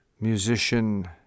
musician